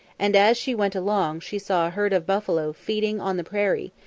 and as she went along she saw a herd of buffalo feeding on the prairie,